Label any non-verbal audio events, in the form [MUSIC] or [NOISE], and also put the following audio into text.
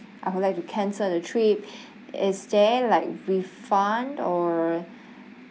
I would like to cancel the trip [BREATH] is there like refund or